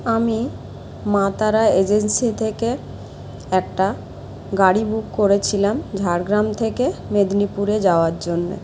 আমি মা তারা এজেন্সি থেকে একটা গাড়ি বুক করেছিলাম ঝাড়গ্রাম থেকে মেদিনীপুরে যাওয়ার জন্যে